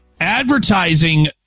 Advertising